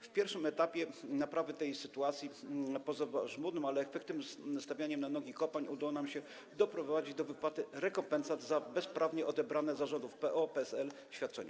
Na pierwszym etapie naprawy tej sytuacji poza żmudnym, ale efektywnym stawianiem na nogi kopalń udało nam się doprowadzić do wypłaty rekompensat za bezprawnie odebrane za rządów PO-PSL świadczenia.